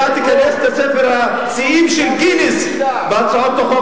אתה תיכנס לספר השיאים של גינס בהצעות החוק